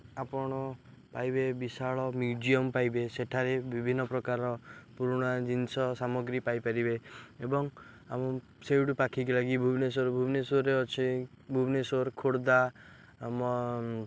ଆପଣ ପାଇବେ ବିଶାଳ ମ୍ୟୁଜିୟମ୍ ପାଇବେ ସେଠାରେ ବିଭିନ୍ନପ୍ରକାରର ପୁରୁଣା ଜିନିଷ ସାମଗ୍ରୀ ପାଇପାରିବେ ଏବଂ ଆମ ସେଇଠୁ ପାଖକୁ ଲାଗି ଭୁବନେଶ୍ୱର ଭୁବନେଶ୍ୱରରେ ଅଛି ଭୁବନେଶ୍ୱର ଖୋର୍ଦ୍ଧା ଆମ